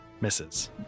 misses